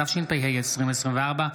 התשפ"ה 2024,